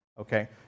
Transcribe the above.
okay